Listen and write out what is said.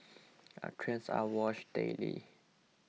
our trains are washed daily